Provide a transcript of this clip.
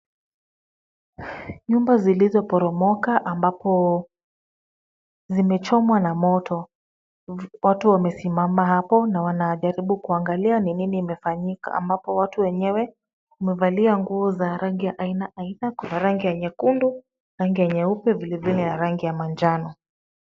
Nyumba zilizoporomoka ambapo zimechomwa na moto. Watu wamesimama hapo na wanajaribu kuangalia ni nini imefanyika ambapo watu wenyewe wamevalia nguo za rangi ya aina aina. Kuna rangi ya nyekundu, rangi ya nyeupe vile vile na rangi ya manjano.